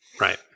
Right